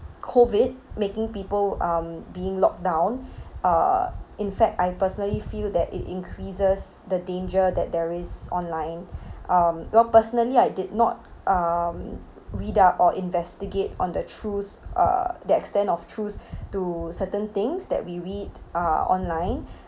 COVID making people um being locked down uh in fact I personally feel that it increases the danger that there is online um well personally I did not um read up or investigate on the truth uh the extent of truth to certain things that we read uh online